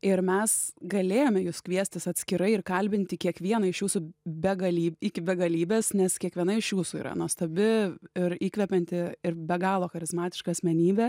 ir mes galėjome jus kviestis atskirai ir kalbinti kiekvieną iš jūsų begaly iki begalybės nes kiekviena iš jūsų yra nuostabi ir įkvepianti ir be galo charizmatiška asmenybė